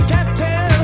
Captain